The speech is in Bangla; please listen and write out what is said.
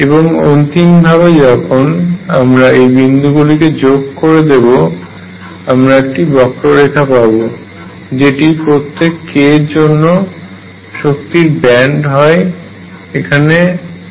এবং অন্তিম ভাবে যখন আমরা এই বিন্দুগুলি কে যোগ করে দেব আমরা একটি বক্ররেখা পাব যেটি প্রত্যেক k এর জন্য বিভিন্ন শক্তির ব্যান্ড গুলিকে প্রকাশিত করে